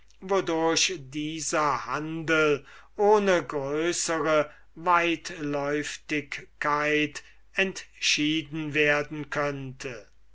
dieser handel ohne größre weitläuftigkeiten entschieden werden könnte